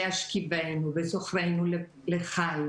'השכיבנו' ו'זוכרנו לחיים'.